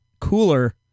Cooler